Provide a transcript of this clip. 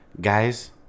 guys